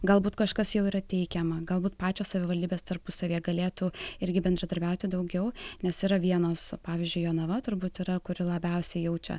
galbūt kažkas jau yra teikiama galbūt pačios savivaldybės tarpusavyje galėtų irgi bendradarbiauti daugiau nes yra vienos pavyzdžiui jonava turbūt yra kuri labiausiai jaučia